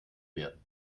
werden